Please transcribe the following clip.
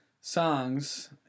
songs